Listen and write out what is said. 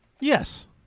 Yes